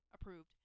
approved